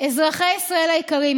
אזרחי ישראל היקרים,